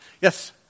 Yes